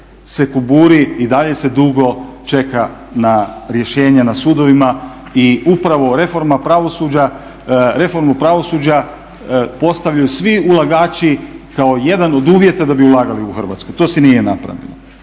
se kuburi, i dalje se dugo čeka na rješenja na sudovima i upravo reformu pravosuđa postavljaju svi ulagači kao jedan od uvjeta da bi ulagali u Hrvatsku. To se nije napravilo.